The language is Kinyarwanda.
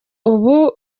ubu